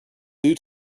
due